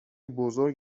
بزرگ